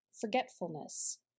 forgetfulness